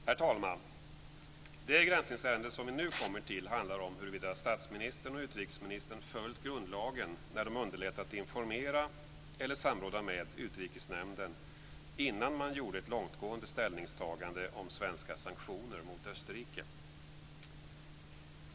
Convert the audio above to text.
Herr talman! Det granskningsärende som vi nu kommer till handlar om huruvida statsministern och utrikesministern följt grundlagen när de underlät att informera eller samråda med Utrikesnämnden innan man gjorde ett långtgående ställningstagande om svenska sanktioner mot Österrike.